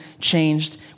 changed